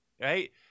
Right